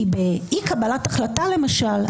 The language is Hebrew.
כי באי-קבלת החלטה למשל,